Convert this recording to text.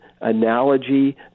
analogy